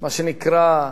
מה שנקרא,